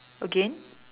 again